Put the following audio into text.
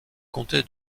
comté